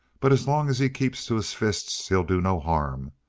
but as long as he keeps to his fists, he'll do no harm.